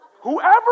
Whoever